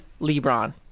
LeBron